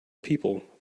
people